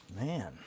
Man